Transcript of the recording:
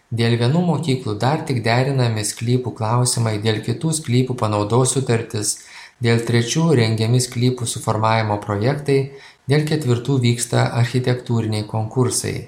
dėl vienų mokyklų dar tik derinami sklypų klausimai dėl kitų sklypų panaudos sutartis dėl trečių rengiami sklypų suformavimo projektai dėl ketvirtų vyksta architektūriniai konkursai